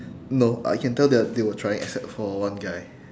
no I can tell that they were trying except for one guy